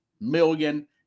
million